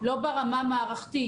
לא ברמה מערכתית.